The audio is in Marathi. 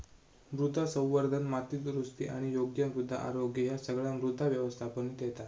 मृदा संवर्धन, माती दुरुस्ती आणि योग्य मृदा आरोग्य ह्या सगळा मृदा व्यवस्थापनेत येता